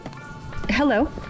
Hello